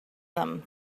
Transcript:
them